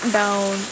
down